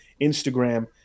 instagram